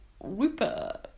Whooper